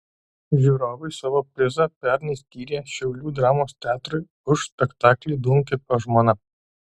žiūrovai savo prizą pernai skyrė šiaulių dramos teatrui už spektaklį duonkepio žmona